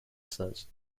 says